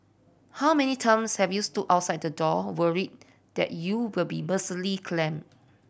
how many times have you stood outside the door worried that you'll be mercilessly clamped